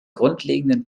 grundlegenden